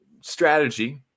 strategy